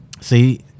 See